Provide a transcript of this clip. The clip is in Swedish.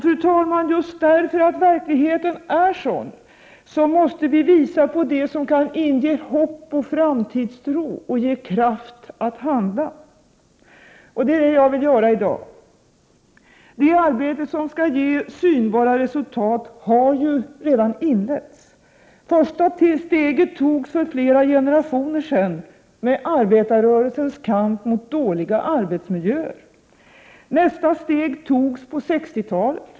Fru talman! Just därför att verkligheten är sådan måste vi visa på det som kaninge hopp, framtidstro och kraft att handla. Det är det jag vill göra i dag. Det arbete som skall ge synbara resultat har redan inletts. Första steget togs för flera generationer sedan med arbetarrörelsens kamp mot dåliga arbetsmiljöer. Nästa steg togs på 60-talet.